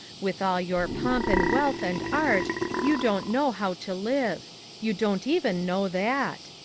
with all your pomp and wealth and art you don't know how to live you don't even know that.